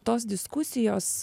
tos diskusijos